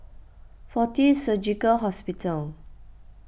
fortis Surgical Hospital